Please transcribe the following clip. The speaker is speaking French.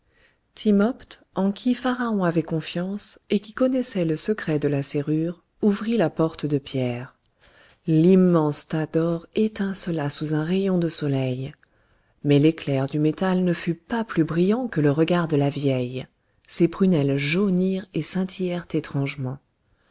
timopht en qui pharaon avait confiance et qui connaissait le secret de la serrure ouvrit la porte de pierre l'immense tas d'or étincela sous un rayon de soleil mais l'éclair du métal ne fut pas plus brillant que le regard de la vieille ses prunelles jaunirent et scintillèrent étrangement